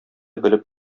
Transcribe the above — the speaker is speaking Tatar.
белеп